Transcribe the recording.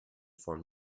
form